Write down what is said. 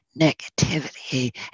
negativity